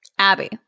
Abby